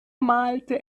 malte